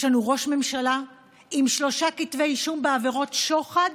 יש לנו ראש ממשלה עם שלושה כתבי אישום בעבירות שוחד